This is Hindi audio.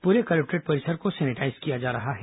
पूरे कलेक्टोरेट परिसर को सेनेटाईज किया जा रहा है